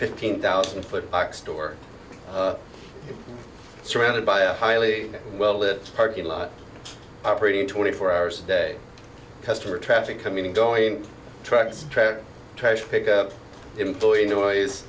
fifteen thousand foot box store surrounded by a highly well it parking lot operating twenty four hours a day customer traffic coming and going trucks trailer trash pickup employee noise